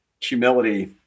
humility